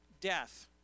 death